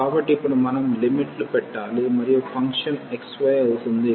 కాబట్టి ఇప్పుడు మనం లిమిట్లు పెట్టాలి మరియు ఫంక్షన్ xy అవుతుంది